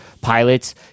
pilots